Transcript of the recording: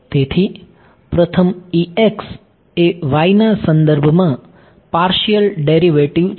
તેથી પ્રથમ એ y ના સંદર્ભમાં પાર્શિયલ ડેરિવેટિવ છે